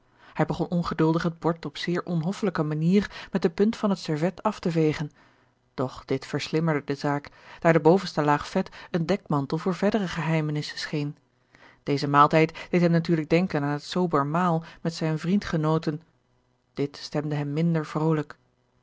hij begon ongeduldig het bord op zeer onhoffelijke manier met de punt van het servet af te vegen doch dit verslimmerde de zaak daar de bovenste laag vet een dekmantel voor verdere geheimenissen scheen deze maaltijd deed hem natuurlijk denken aan het sober maal met zijn vriend genoten dit stemde hem minder vrolijk